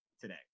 today